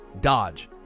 dodge